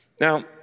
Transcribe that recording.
Now